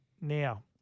Now